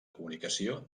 comunicació